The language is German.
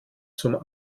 zum